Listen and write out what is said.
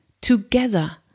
together